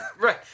Right